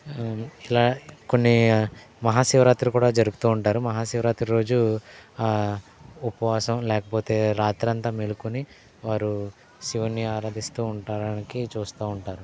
ఇలా కొన్ని మహా శివరాత్రులు కూడా జరుపుతూ ఉంటారు మహా శివరాత్రి రోజు ఉపవాసం లేకపోతే రాత్రంతా మేల్కొని వారు శివుణ్ణి ఆరాధిస్తూ ఉంటడానికి చూస్తూ ఉంటారు